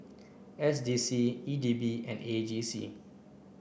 S D C E D B and A J C